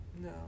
no